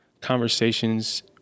conversations